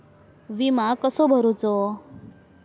विमा कसो भरूचो?